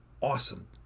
awesome